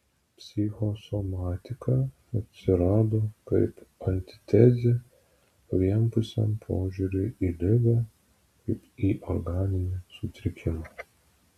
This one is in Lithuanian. psichosomatika atsirado kaip antitezė vienpusiam požiūriui į ligą kaip į organinį sutrikimą